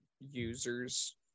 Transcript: users